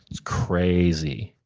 it's crazy.